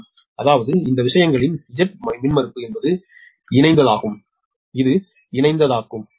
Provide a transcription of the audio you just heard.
870Ω அதாவது இந்த விஷயங்களின் Z மின்மறுப்பு என்பது இணைந்ததாகும் இது இணைந்ததாகும்